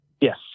Yes